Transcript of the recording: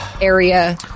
area